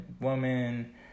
woman